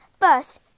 First